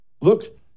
Look